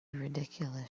ridiculous